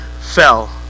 fell